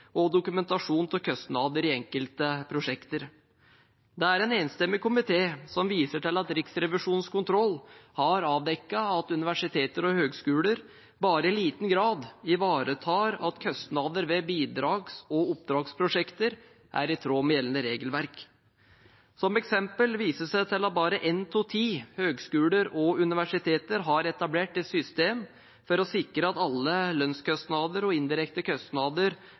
og dokumentasjon av kostnader i enkelte prosjekter. Det er en enstemmig komité som viser til at Riksrevisjonens kontroll har avdekket at universiteter og høyskoler bare i liten grad ivaretar at kostnader ved bidrags- og oppdragsprosjekter er i tråd med gjeldende regelverk. Som eksempel vises det til at bare én av ti høyskoler og universiteter har etablert et system for å sikre at alle lønnskostnader og indirekte